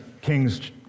Kings